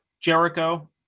Jericho